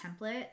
template